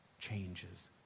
changes